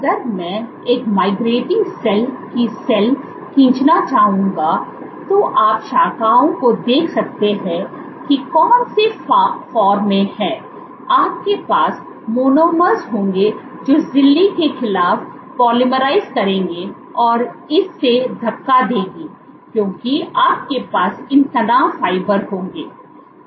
अगर मैं एक माइग्रेटिंग सेल की सेल खींचना चाहूंगा तो आप शाखाओं को देख सकते हैं कि कौन से फॉर्म हैं आपके पास मोनोमर्स होंगे जो झिल्ली के खिलाफ पॉलीमराइज़ करेंगे और इसे धक्का देगी क्योंकि आपके पास इन तनाव फाइबर होंगे